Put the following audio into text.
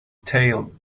tale